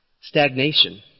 Stagnation